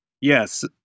Yes